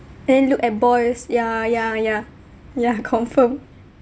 and look at boys ya ya ya ya confirm